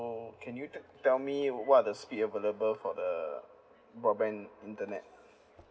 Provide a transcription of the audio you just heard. can you te~ tell me what the speed available for the broadband internet